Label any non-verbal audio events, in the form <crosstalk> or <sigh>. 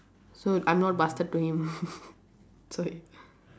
so I'm not bastard to him <laughs> sorry